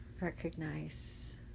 recognize